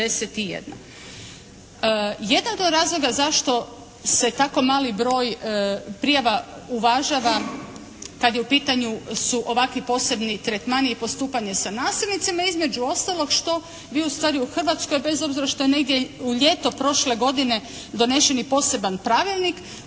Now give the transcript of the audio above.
Jedan od razloga zašto se tako mali broj prijava uvažava kad je u pitanju su ovakvi posebni tretmani i postupanje sa nasilnicima između ostalog što vi ustvari u Hrvatskoj bez obzira što je negdje u ljeto prošle godine donesen i poseban pravilnik,